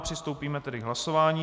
Přistoupíme tedy k hlasování.